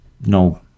no